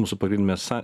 mūsų pagrimesa